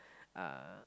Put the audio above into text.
uh